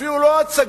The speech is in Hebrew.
אפילו לא הצגה,